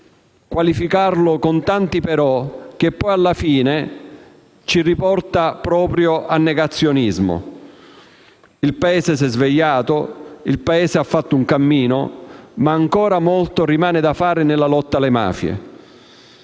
mafie, qualificandole però con tanti «però», che alla fine ci riporta proprio al negazionismo. Il Paese si è svegliato, ha fatto un cammino, ma ancora molto rimane da fare nella lotta alle mafie.